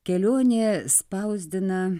kelionė spausdina